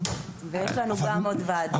ויש לנו גם עוד ועדות.